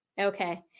Okay